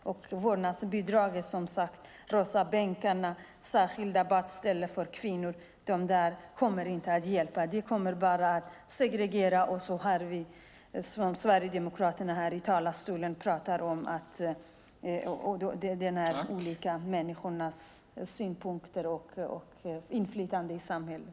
Vårdnadsbidraget, de rosa bänkarna och särskilda badställen för kvinnor kommer som sagt inte att hjälpa. De kommer bara att segregera, och så hör vi Sverigedemokraterna härifrån talarstolen tala om olika människors synpunkter och inflytande i samhället.